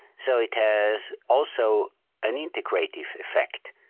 so it has also an integrative effect.